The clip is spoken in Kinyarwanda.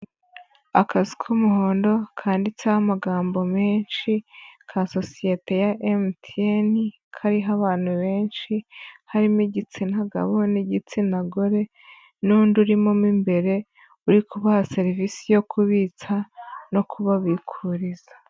Akazu k'umuhondo kanditseho amagambo menshi ka sosiyete ya MTN, kariho abantu benshi harimo igitsina gabo n'igitsina gore n'undi urimo imbere uri kubaha serivisi yo kubitsa no kubabikuriza.